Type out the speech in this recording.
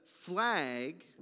flag